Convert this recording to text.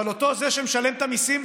אבל אותו זה שמשלם את המיסים,